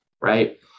right